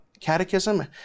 catechism